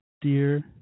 Dear